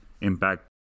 impact